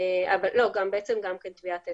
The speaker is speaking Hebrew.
בעצם גם טביעת אצבע.